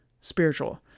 spiritual